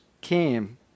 came